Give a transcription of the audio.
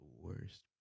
worst